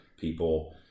people